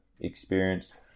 experience